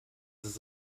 ist